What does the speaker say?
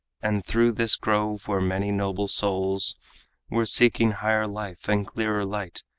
and through this grove where many noble souls were seeking higher life and clearer light,